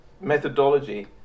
methodology